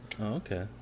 Okay